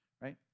right